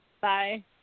Bye